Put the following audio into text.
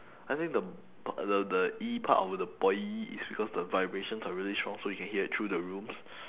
I think the the the E part of the boy is because the vibrations are really strong so you can hear it through the rooms